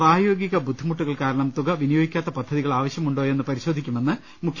പ്രായോഗിക ബുദ്ധിമുട്ടുകൾ കാരണം തുക വിനിയോഗിക്കാത്ത പദ്ധതികൾ ആവശ്യമുണ്ടോയെന്ന് പരിശോധിക്കുമെന്ന് മുഖ്യമന്ത്രി പറഞ്ഞു